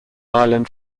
island